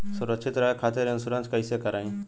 सुरक्षित रहे खातीर इन्शुरन्स कईसे करायी?